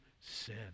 sin